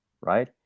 right